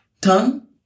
Tongue